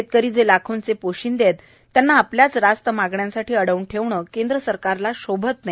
शेतकरी जे लाखोचे पोशिंदे आहेत त्यांना आपल्याच रास्त मागण्यासाठी अडवून ठेवणे केंद्र सरकारला शोभत नाही